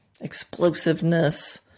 explosiveness